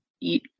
eat